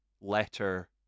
letter